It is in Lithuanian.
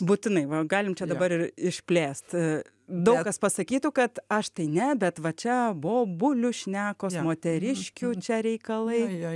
būtinai va galim čia dabar ir išplėst daug kas pasakytų kad aš tai ne bet va čia bobulių šnekos moteriškių čia reikalai